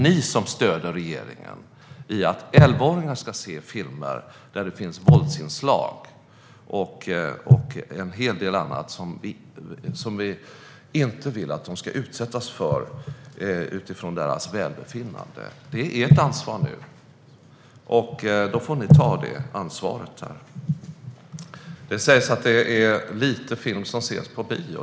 Ni stöder regeringen i att elvaåringar ska se filmer där det finns våldsinslag och en hel del annat som vi inte vill att de ska utsättas för utifrån deras välbefinnande. Det är ert ansvar nu. Då får ni ta det ansvaret. Det sägs att det är lite film som ses på bio.